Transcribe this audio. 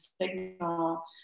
signal